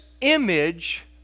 image